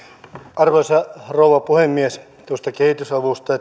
arvoisa rouva puhemies tuosta kehitysavusta